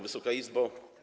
Wysoka Izbo!